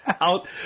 out